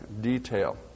detail